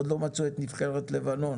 עוד לא מצאו את נבחרת לבנון.